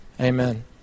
Amen